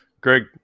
Greg